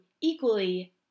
equally